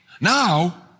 Now